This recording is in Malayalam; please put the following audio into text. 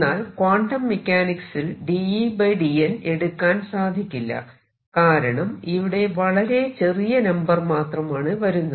എന്നാൽ ക്വാണ്ടം മെക്കാനിക്സിൽ d Ed n എടുക്കാൻ സാധിക്കില്ല കാരണം ഇവിടെ വളരെ ചെറിയ നമ്പർ മാത്രമാണ് വരുന്നത്